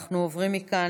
אנחנו עוברים מכאן